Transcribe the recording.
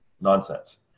nonsense